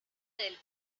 del